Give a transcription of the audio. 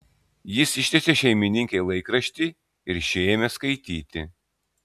jis ištiesė šeimininkei laikraštį ir ši ėmė skaityti